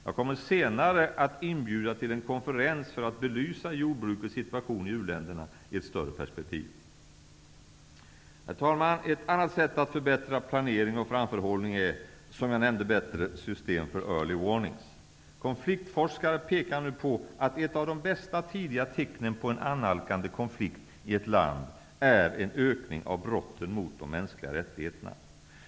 Jag kommer senare att inbjuda till en konferens för att belysa jordbrukets situation i u-länderna i ett större perspektiv. Herr talman! Ett annat sätt att förbättra planering och framförhållning är, som jag nämnde, bättre system för ''early warnings''. Konfliktforskare pekar nu på att ett av de bästa tidiga tecknen på en annalkande konflikt i ett land är en ökning av brotten mot de mänskliga rättigheterna.